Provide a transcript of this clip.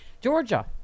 Georgia